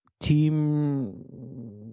team